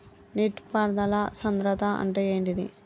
నీటి పారుదల సంద్రతా అంటే ఏంటిది?